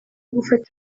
gufata